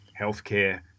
healthcare